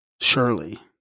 surely